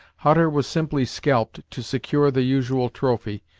hutter was simply scalped to secure the usual trophy,